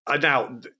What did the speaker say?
Now